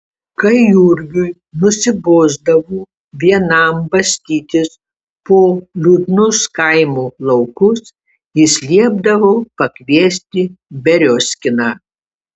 kai jurgiui nusibosdavo vienam bastytis po liūdnus kaimo laukus jis liepdavo pakviesti beriozkiną